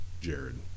Jared